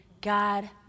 God